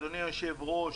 אדוני היושב-ראש,